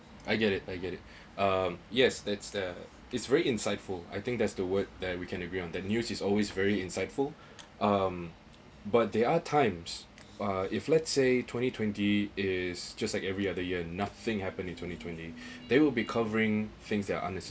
I get it I get it um yes that's the it's very insightful I think that's the word that we can agree on their news is always very insightful um but there are times uh if let's say twenty twenty is just like every other year nothing happen in twenty twenty they will be covering things that are unnecessary